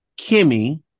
Kimmy